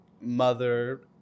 Mother